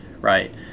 Right